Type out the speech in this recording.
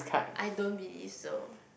I don't believe so